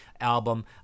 album